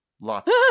Lots